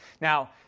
Now